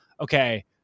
okay